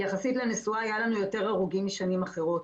כי יחסית לנסועה היו לנו יותר הרוגים משנים אחרונות.